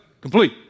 complete